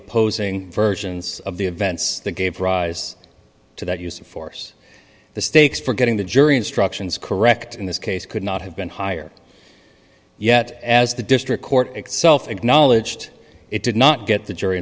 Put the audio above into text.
opposing versions of the events that gave rise to that use of force the stakes for getting the jury instructions correct in this case could not have been higher yet as the district court itself acknowledged it did not get the jury